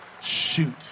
Shoot